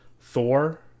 Thor